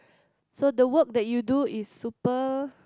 so the work that you do is super